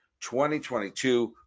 2022